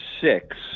six